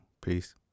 Peace